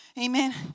Amen